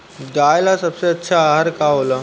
गाय ला सबसे अच्छा आहार का होला?